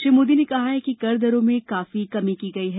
श्री मोदी ने कहा कि कर दरों में काफी कमी की गई है